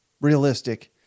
realistic